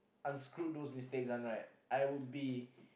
unscrewed those mistakes one right I would be